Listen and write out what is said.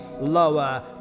lower